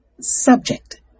subject